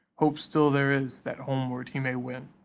hope still there is that homeward he may wend.